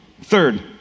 Third